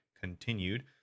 continued